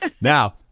Now